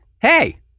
Hey